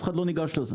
אף אחד לא ניגש לזה.